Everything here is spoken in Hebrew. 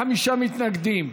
45 מתנגדים,